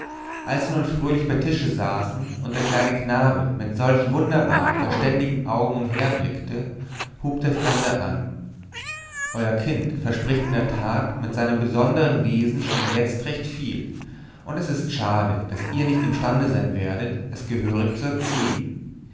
als sie nun fröhlich bei tische saßen und der kleine knabe mit solch wunderbar verständigen augen umherblickte hub der fremde an euer kind verspricht in der tat mit seinem besondern wesen schon jetzt recht viel und es ist schade daß ihr nicht imstande sein werdet es gehörig zu erziehen